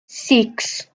six